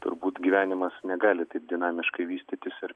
turbūt gyvenimas negali taip dinamiškai vystytis ir